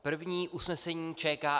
První usnesení ČKR.